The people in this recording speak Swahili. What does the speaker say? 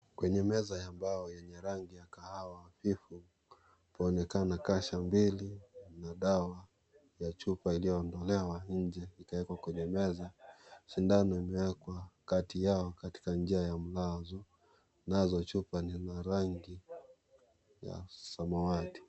Kwenye meza ya mbao lenye rangi ya kahawia kijivu kuonekana kasha mbili ya dawa ya chupa iliyoandikwa nje na kuekea kwenye meza. Sindano imeekwa Kati yao katika njia ya mnazo ambazo chupa ni za rangi ya samawati.